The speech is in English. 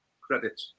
credit